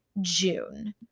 June